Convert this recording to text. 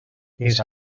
fins